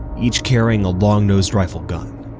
each carrying a long nosed rifle gun,